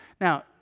Now